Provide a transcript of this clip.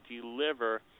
deliver